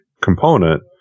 component